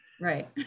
right